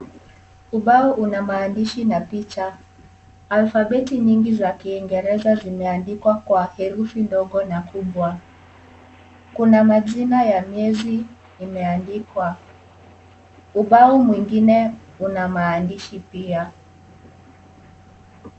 Ubao Una maandishi na picha , alfabeti nyingi za kingereza zimeandikwa Kwa herufi ndogo na kubwa, kuna majina ya miezi imeandikwa. Ubao mwingine una maandishi pia.